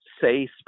say